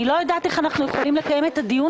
אני לא יודעת איך אנחנו יכולים לקיים את הדיון